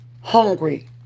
hungry